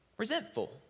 resentful